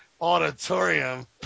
auditorium